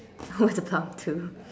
oh it's the plum too